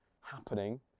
happening